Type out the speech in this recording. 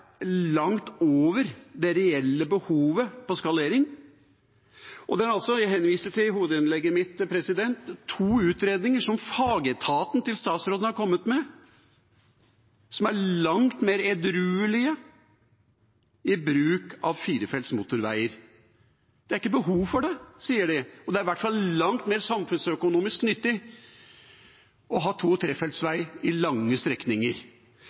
langt over det reelle behovet for skalering. I hovedinnlegget mitt henviste jeg til to utredninger – som fagetaten til statsråden har kommet med – som er langt mer edruelige i bruk av firefelts motorveier. Det er ikke behov for det, sier de, og det er i hvert fall langt mer samfunnsøkonomisk nyttig å ha to- eller trefeltsvei på lange strekninger.